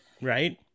Right